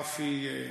רפי,